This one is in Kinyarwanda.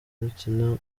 bitsina